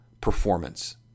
performance